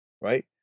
right